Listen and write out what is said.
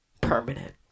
permanent